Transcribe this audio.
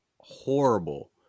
horrible